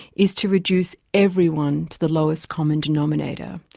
is to reduce everyone to the lowest common denominator.